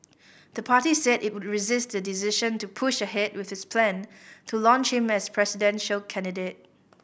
the party said it would resist the decision and push ahead with its plan to launch him as presidential candidate